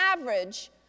average